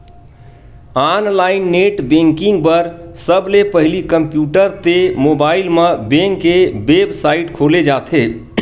online net banking बर सबले पहिली कम्प्यूटर ते मोबाईल म बेंक के बेबसाइट खोले जाथे